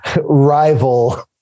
Rival